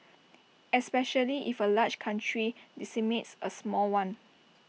especially if A large country decimates A small one